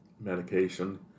medication